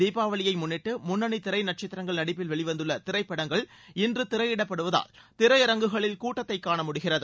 தீபாவளியை முன்னிட்டு முன்னணி திரை நட்சத்திரங்கள் நடிப்பில் வெளிவந்துள்ள திரைப்படங்கள் இன்று திரையிடப்படுவதால் திரையரங்குகளில் கூட்டத்தை காணமுடிகிறது